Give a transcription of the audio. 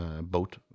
boat